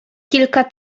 kilka